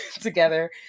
together